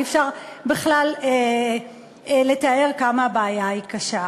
אי-אפשר בכלל לתאר כמה הבעיה היא קשה.